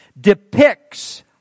depicts